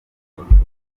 bujumbura